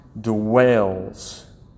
Dwells